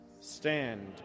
stand